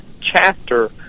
chapter